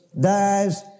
dies